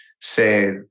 say